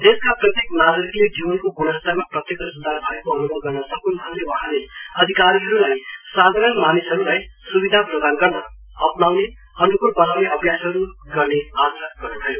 देशका प्रत्येक नागरिकले जीवनको गुणास्तरमा प्रत्यक्ष सुधार भएको अनुभाव गर्न सकून् भन्दै वहाँले अधिकारीहरुलाई साधारण मानिसहरु सुविधा प्रदान गर्न अप्राउनेअनुकूल बनाउने अभ्यासहरु गर्ने आग्रह गर्नुभयो